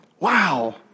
Wow